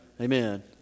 Amen